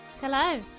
Hello